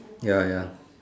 ya ya